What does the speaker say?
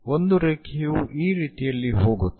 ಒಂದು ರೇಖೆಯು ಈ ರೀತಿಯಲ್ಲಿ ಹೋಗುತ್ತದೆ